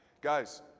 Guys